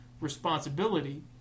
responsibility